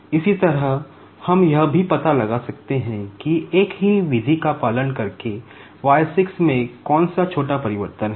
इसी तरह हम यह भी पता लगा सकते हैं कि एक ही विधि का पालन करके y 6 में कौन सा छोटा परिवर्तन है